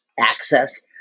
access